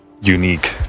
unique